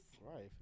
Right